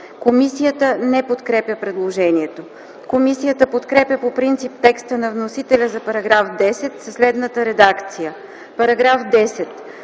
Комисията не подкрепя предложението. Комисията подкрепя по принцип текста на вносителя за § 10 със следната редакция: „§ 10.